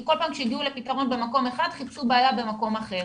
כי כל פעם שהגיעו לפתרון במקום אחד חיפשו בעיה במקום אחר.